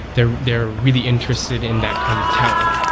they're they're really interested in that kind of talent,